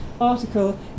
article